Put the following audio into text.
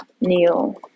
Neil